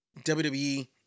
WWE